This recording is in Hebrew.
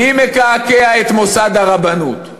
מי מקעקע את מוסד הרבנות?